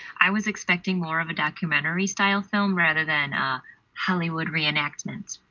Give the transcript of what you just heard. i was expecting more of a documentary-style film rather than hollywood reenactment.